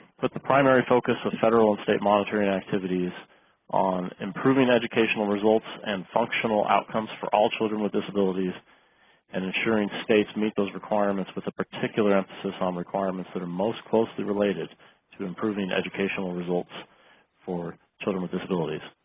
put the primary focus of federal and state monitoring activities on improving educational results and functional outcomes for all children with disabilities and ensuring states meet those requirements with a particular emphasis on requirements that are most closely related to improving educational results for children with disabilities.